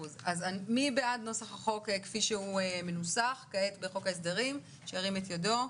מי בעד נוסח החוק כפי שהוא מנוסח כעת בחוק ההסדרים שירים את ידו.